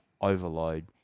overload